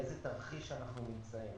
באיזה תרחיש אנחנו נמצאים.